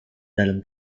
dalam